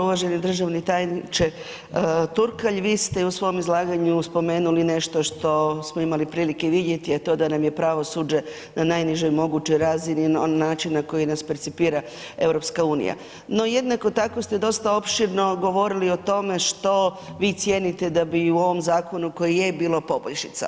Uvaženi državni tajniče Turkalj, vi ste i u svom izlaganju spomenuli nešto što smo imali prilike vidjeti a to je da nam je pravosuđe na najnižoj mogućoj razini, način na koji nas percipira EU no jednako tako ste dosta opširno govorili o tome što vi cijenite da bi u ovom zakonu koji je bilo poboljšica.